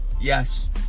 Yes